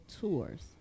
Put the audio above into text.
tours